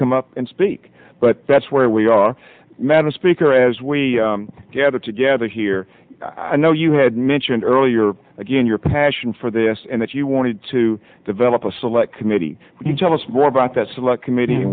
come up and speak but that's where we are madam speaker as we gather together here i know you had mentioned earlier again your passion for this and that you wanted to develop a select committee you tell us more about that select committee